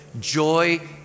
joy